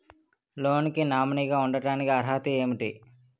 Loan కి nominee గా ఉండటానికి అర్హత ఏమిటి?